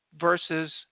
versus